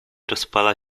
rozpala